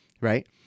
right